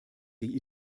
die